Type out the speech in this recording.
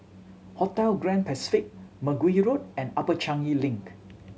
Hotel Grand Pacific Mergui Road and Upper Changi Link